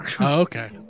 Okay